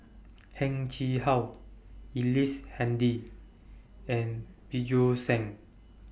Heng Chee How Ellice Handy and Bjorn Shen